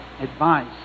advice